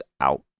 out